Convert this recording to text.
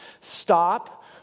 stop